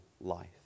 life